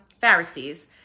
Pharisees